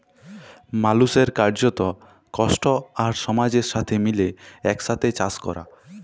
মালুসের কার্যত, কষ্ট আর সমাজের সাথে মিলে একসাথে চাস ক্যরা